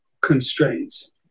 constraints